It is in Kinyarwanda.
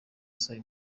asaba